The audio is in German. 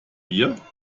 bier